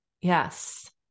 Yes